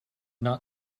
not